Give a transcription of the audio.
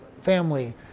family